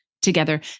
Together